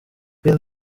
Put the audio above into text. bill